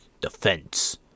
defense